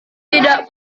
tidak